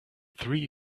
three